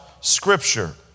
Scripture